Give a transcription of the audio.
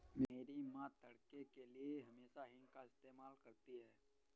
मेरी मां तड़के के लिए हमेशा हींग का इस्तेमाल करती हैं